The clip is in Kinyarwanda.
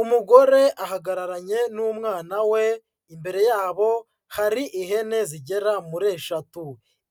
Umugore ahagararanye n'umwana we, imbere yabo hari ihene zigera muri eshatu,